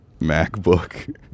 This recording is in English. MacBook